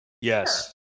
Yes